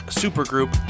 supergroup